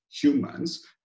humans